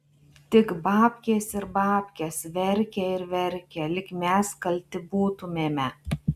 tik babkės ir babkės verkia ir verkia lyg mes kalti būtumėme